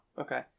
Okay